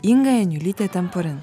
inga janiulytė temporin